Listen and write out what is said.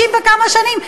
60 וכמה שנים,